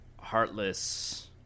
Heartless